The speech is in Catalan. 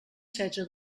setze